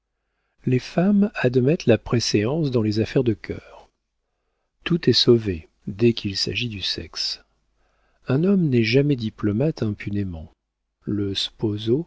les femmes admettent la préséance dans les affaires de cœur tout est sauvé dès qu'il s'agit du sexe un homme n'est jamais diplomate impunément le sposo